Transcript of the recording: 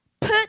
Put